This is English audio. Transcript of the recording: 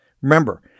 Remember